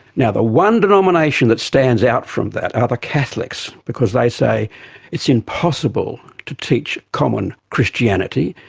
now, the one denomination that stands out from that are the catholics, because they say it's impossible to teach common christianity,